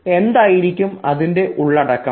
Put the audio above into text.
എന്നാൽ എന്തായിരിക്കും ഇതിൻറെ ഉള്ളടക്കം